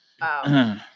Wow